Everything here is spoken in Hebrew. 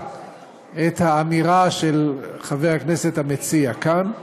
את האמירה של חבר הכנסת המציע כאן,